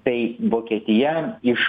tai vokietija iš